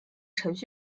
程序